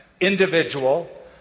individual